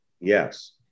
Yes